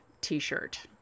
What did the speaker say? t-shirt